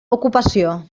ocupació